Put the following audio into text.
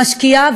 משקיעה,